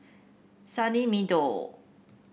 Sunny Meadow